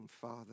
father